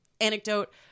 anecdote